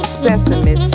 sesame